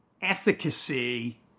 Efficacy